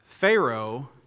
Pharaoh